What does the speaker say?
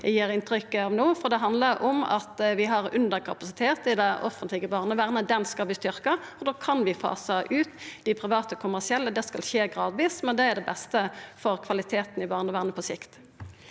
gir inntrykk av no, for det handlar om at vi har underkapasitet i det offentlege barnevernet. Den kapasiteten skal vi styrkja, og da kan vi fasa ut dei private kommersielle. Det skal skje gradvis, men det er det beste for kvaliteten i barnevernet på sikt.